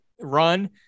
run